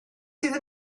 sydd